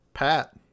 Pat